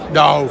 no